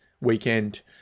weekend